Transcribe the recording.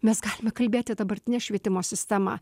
mes galime kalbėti dabartine švietimo sistema